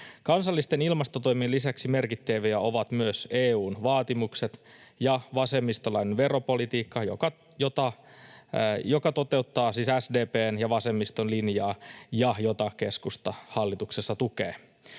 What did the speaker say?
Kansallisten ilmastotoimien lisäksi merkittäviä ovat myös EU:n vaatimukset ja vasemmistolainen veropolitiikka, joka toteuttaa siis SDP:n ja vasemmiston linjaa ja jota keskusta hallituksessa tukee.